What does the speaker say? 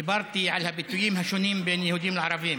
דיברתי על הביטויים השונים ליהודים ולערבים